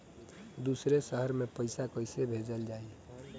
दूसरे शहर में पइसा कईसे भेजल जयी?